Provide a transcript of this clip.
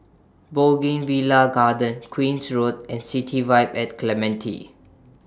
Bougainvillea Garden Queen's Road and City Vibe At Clementi